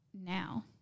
now